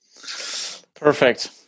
Perfect